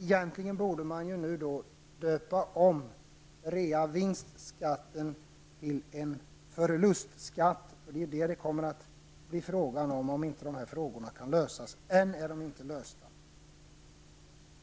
Egentligen borde man döpa om reavinstskatten till en förlustskatt, eftersom det är detta som det kommer att bli fråga om, om inte dessa frågor kommer att lösas. Än är de inte lösta.